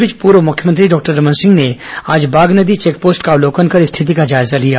इस बीच पूर्व मुख्यमंत्री डॉक्टर रमन सिंह ने आज बागनदी चेकपोस्ट का अवलोकन कर स्थिति का जायजा लिया